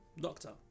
Doctor